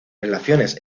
relaciones